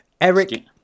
Eric